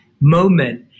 moment